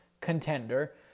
contender